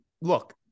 look